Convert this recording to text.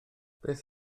beth